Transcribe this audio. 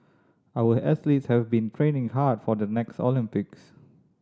our athletes have been training hard for the next Olympics